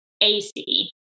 AC